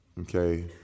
Okay